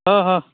हां हां